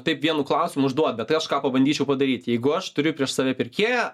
taip vienu klausimu užduot bet tai aš ką pabandyčiau padaryt jeigu aš turiu prieš save pirkėją